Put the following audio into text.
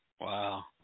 Wow